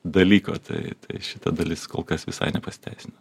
dalyko tai tai šita dalis kol kas visai nepasiteisino